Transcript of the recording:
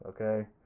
okay